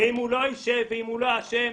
אם הוא לא ישב והוא לא אשם,